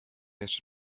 jeszcze